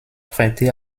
prêté